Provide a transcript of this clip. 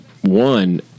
one